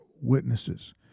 witnesses